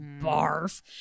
barf